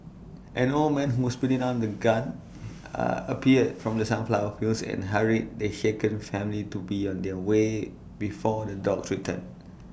an old man who was putting down the gun appeared from the sunflower fields and hurried the shaken family to be on their way before the dogs return